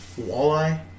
walleye